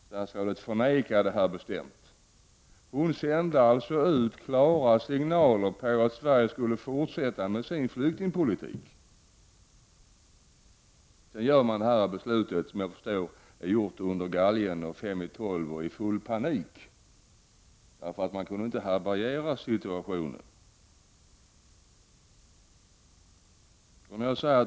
Statsrådet förnekade det bestämt. Hon sände alltså ut klara signaler att Sverige skulle fortsätta med sin flyktingpolitik. Sedan fattar man detta beslut, som jag förstår är fattat under galgen, fem i tolv, i full panik, därför att man inte kunde hantera situationen.